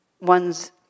one's